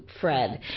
Fred